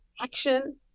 action